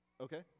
Okay